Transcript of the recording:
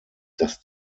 dass